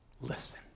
Listen